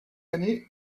année